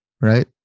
right